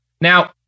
Now